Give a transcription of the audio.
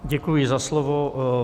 Děkuji za slovo.